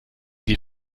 die